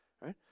right